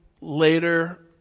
later